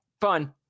fun